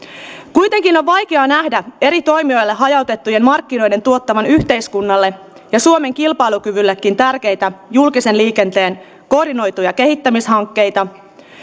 kuitenkin on on vaikea nähdä eri toimijoille hajautettujen markkinoiden tuottavan yhteiskunnalle ja suomen kilpailukyvyllekin tärkeitä julkisen liikenteen koordinoituja kehittämishankkeita